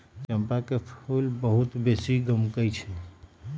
चंपा के फूल बहुत बेशी गमकै छइ